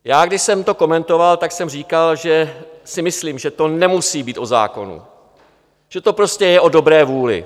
Já když jsem to komentoval, tak jsem říkal, že si myslím, že to nemusí být o zákonu, že to prostě je o dobré vůli.